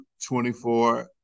24